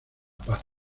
paz